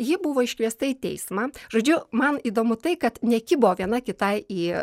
ji buvo iškviesta į teismą žodžiu man įdomu tai kad nekibo viena kitai į